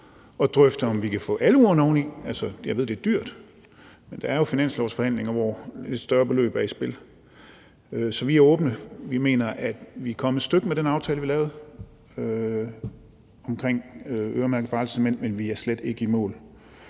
at drøfte, om vi kan få alle ugerne oveni. Jeg ved, det er dyrt, men der er jo finanslovsforhandlinger, hvor et større beløb er i spil. Så vi er åbne. Vi mener, at vi er kommet et stykke med den aftale, vi lavede omkring øremærket barsel, men vi er slet ikke i mål.